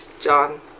John